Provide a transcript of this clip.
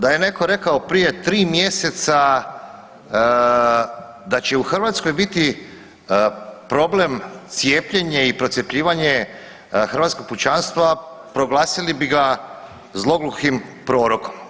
Da je netko rekao prije 3 mjeseca da će u Hrvatskoj biti problem cijepljenje i procjepljivanje hrvatskog pučanstva, proglasili bi ga zlogukim prorokom.